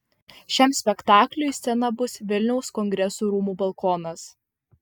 šiam spektakliui scena bus vilniaus kongresų rūmų balkonas